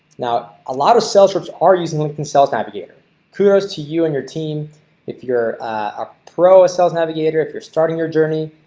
now a lot of sales reps are using linkedin sales navigator kudos to you and your team if you're a pro ah cells navigator if you're starting your journey,